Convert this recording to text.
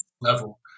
level